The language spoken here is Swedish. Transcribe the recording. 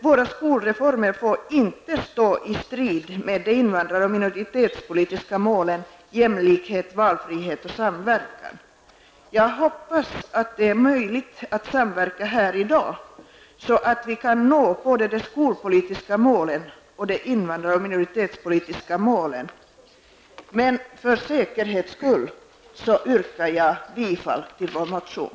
Våra skolreformer får inte strida mot de invandrar och minoritetspolitiska målen: jämlikhet, valfrihet och samverkan. Jag hoppas att det är möjligt att samverka här i dag så att vi kan nå både de skolpolitiska målen och de invandrar och minoritetspolitiska målen. Men för säkerhets skull yrkar jag bifall till vår motion.